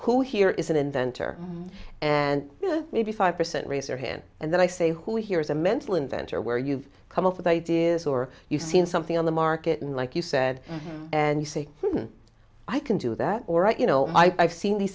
who here is an inventor and maybe five percent raise their hand and then i say who here is a mental inventor where you've come up with ideas or you've seen something on the market and like you said and you say i can do that or i you know i've seen these